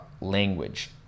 language